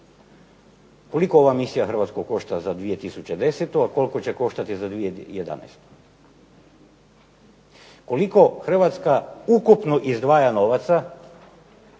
Koliko ova misija Hrvatsku košta za 2010.? A koliko će koštati za 2011.? Koliko Hrvatska ukupno izdvaja novaca